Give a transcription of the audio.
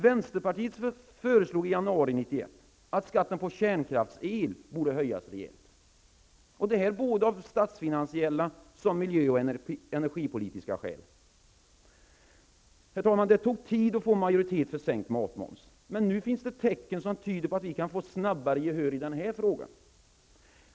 Vänsterpartiet föreslog i januari 1991 att skatten på kärnkraftsel skulle höjas rejält, detta av såväl statsfinansiella som miljö och energipolitiska skäl. Det tog tid att få majoritet för sänkt matmoms, men det finns nu tecken som tyder på att vi kan få snabbare gehör i denna fråga.